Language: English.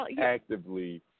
actively